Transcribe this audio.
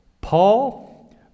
Paul